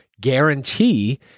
guarantee